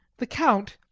the count,